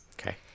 Okay